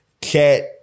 Cat